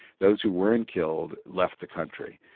those who weren't killed left the country,